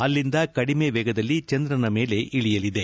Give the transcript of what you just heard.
ಅಲ್ಲಿಂದ ಕಡಿಮೆ ವೇಗದಲ್ಲಿ ಚಂದ್ರನ ಮೇಲೆ ಇಳಿಯಲಿದೆ